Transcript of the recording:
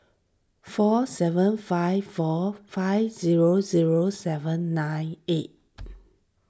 four seven five four five zero zero seven nine eight